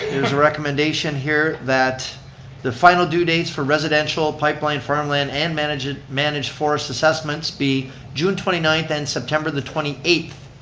there's a recommendation here that the final due dates for residential pipeline farmland and managed and managed forest assessments be june twenty ninth and september the twenty eighth.